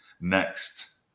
next